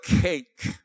cake